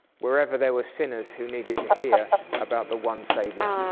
wherever there were sinners who needed to hear about the one saviour.